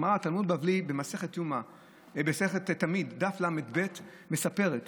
הגמרא, תלמוד בבלי, במסכת תמיד, דף ל"ב, מספרת